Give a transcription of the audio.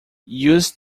used